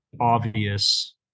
obvious